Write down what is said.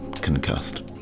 Concussed